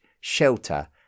shelter